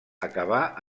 acabà